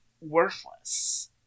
worthless